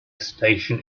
station